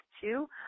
two